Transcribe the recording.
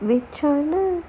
வச்ச உடனே:vacha udane